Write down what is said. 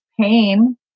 pain